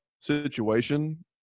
situation